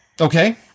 Okay